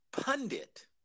pundit